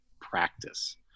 practice